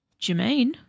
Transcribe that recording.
Jermaine